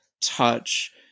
touch